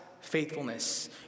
faithfulness